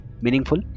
meaningful